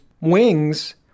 Wings